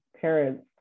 parents